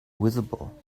visible